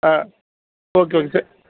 ah okay okay sir